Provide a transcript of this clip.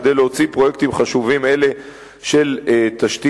כדי להוציא לפועל פרויקטים חשובים אלה של תשתית.